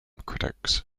critics